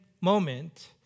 moment